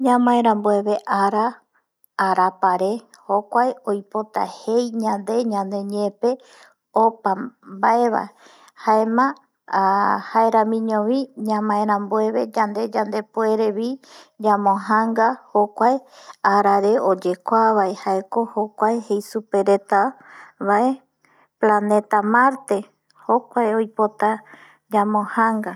Ñamae rambueve ara, arapa re jocue oipota jei ñande ñaneñe pe opa mbae va jaema jaemiño vi ñamae rambueve yande yande puere vi ñambojanga jocuae ara re oyekua vae jae co jocue jei supe vae reta vae planeta marte jocue oipota ñambojanga